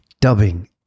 dubbing